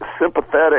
sympathetic